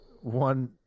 One